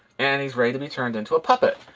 and he's ready to be turned into a puppet.